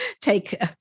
take